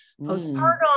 postpartum